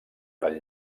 pel